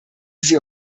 sie